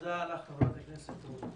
תודה לך, חברת הכנסת רות.